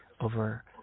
over